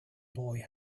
boy